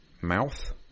mouth